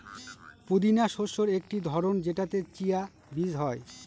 পুদিনা শস্যের একটি ধরন যেটাতে চিয়া বীজ হয়